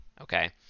Okay